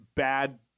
Bad